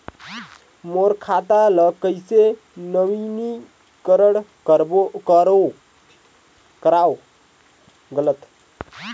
मोर खाता ल कइसे नवीनीकरण कराओ?